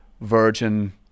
Virgin